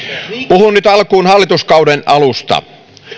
puhun nyt alkuun hallituskauden alusta